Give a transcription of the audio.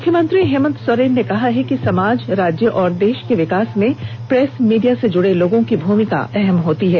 मुख्यमंत्री हेमन्त सोरेन ने कहा है कि समाज राज्य और देश के विकास में प्रेस मीडिया से जुड़े लोगों की भूमिका अहम् होती है